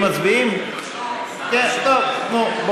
על לחלופין מצביעים?